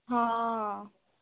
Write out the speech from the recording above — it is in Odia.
ହଁ